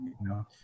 no